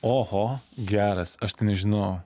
oho geras aš tai nežinojau